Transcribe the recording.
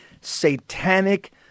satanic